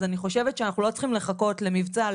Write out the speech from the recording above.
אז אני חושבת שאנחנו לא צריכים לחכות למבצע,